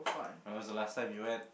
when was the last time you went